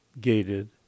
gated